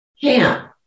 camp